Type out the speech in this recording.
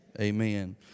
amen